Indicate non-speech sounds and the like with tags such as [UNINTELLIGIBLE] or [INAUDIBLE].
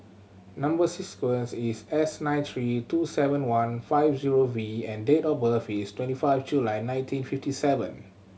number [UNINTELLIGIBLE] is S nine three two seven one five zero V and date of birth is twenty five July nineteen fifty seven